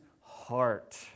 heart